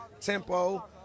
tempo